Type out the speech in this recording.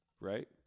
right